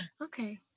Okay